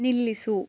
ನಿಲ್ಲಿಸು